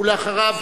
אחריו,